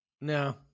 No